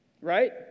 Right